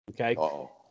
Okay